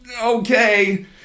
okay